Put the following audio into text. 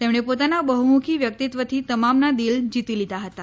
તેમણે પોતાના બહ્મુખી વ્યકિતત્વથી તમામનાં દિલ જીતી લીધા હતાં